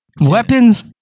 Weapons